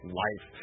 life